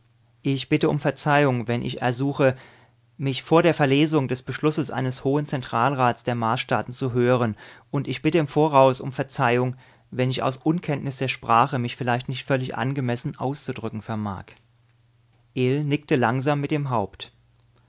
ich bitte um verzeihung wenn ich sie ersuche mich vor der verlesung des beschlusses eines hohen zentralrats der marsstaaten zu hören und ich bitte im voraus um verzeihung wenn ich aus unkenntnis der sprache mich vielleicht nicht völlig angemessen auszudrücken vermag ill nickte langsam mit dem haupt